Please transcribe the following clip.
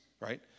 right